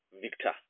Victor